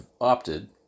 opted